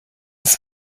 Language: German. uns